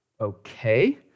okay